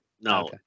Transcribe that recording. no